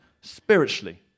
spiritually